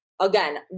again